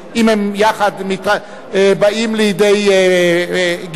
אם הם יחד באים לידי גיבוש,